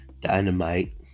Dynamite